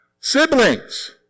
Siblings